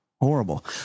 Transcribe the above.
Horrible